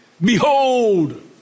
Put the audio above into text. Behold